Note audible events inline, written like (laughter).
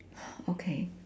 (breath) okay